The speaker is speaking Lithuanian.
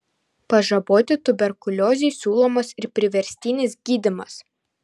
pažaboti tuberkuliozei siūlomas ir priverstinis gydymas